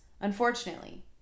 Unfortunately